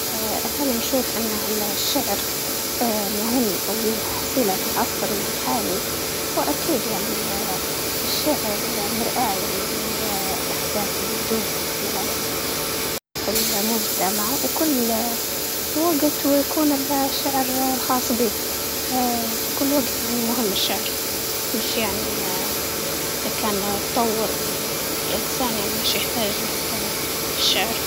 هل نشوف إنه الشعر مهم وليه صلة بعصرنا الحالي؟ هو أكيد يعني إن الشعر مرآة يعني للأحدات اللي تدور كلها، المجتمع وكل وقت ويكون الشعر الخاص بيه، ف- في كل وقت يعني مهم الشعر مش يعني إدا كان تطور ال- الإنسان يعني ماش يحتاج لل- الشعر.